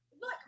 Look